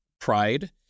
pride